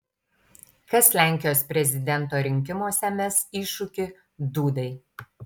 kas lenkijos prezidento rinkimuose mes iššūkį dudai